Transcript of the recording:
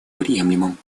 приемлемым